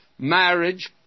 Marriage